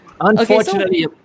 unfortunately